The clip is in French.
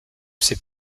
ses